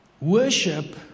Worship